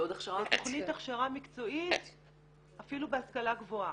לתכנית הכשרה מקצועית אפילו בהשכלה גבוהה.